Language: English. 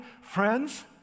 friends